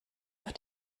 auf